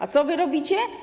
A co wy robicie?